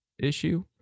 issue